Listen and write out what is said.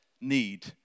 need